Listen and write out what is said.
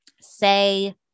say